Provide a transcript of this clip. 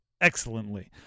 excellently